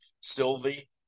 Sylvie